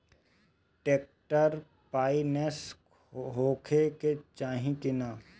Tractor finance होखे के चाही कि ना?